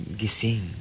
gising